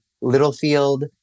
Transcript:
Littlefield